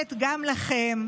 מחויבת גם לכם,